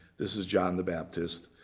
this is john the baptist.